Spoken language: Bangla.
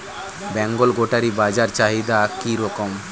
বেঙ্গল গোটারি বাজার চাহিদা কি রকম?